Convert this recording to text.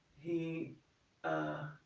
he ah